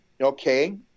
okay